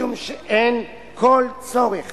משום שאין כל צורך